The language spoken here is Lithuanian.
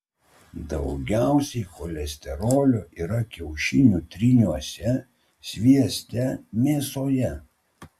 daugiausiai cholesterolio yra kiaušinių tryniuose svieste mėsoje